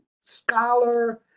scholar